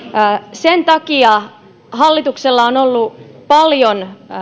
sen takia hallituksella on ollut paljon